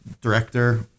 Director